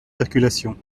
circulation